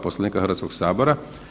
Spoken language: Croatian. Poslovnika Hrvatskog sabora.